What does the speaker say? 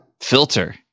filter